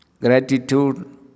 Gratitude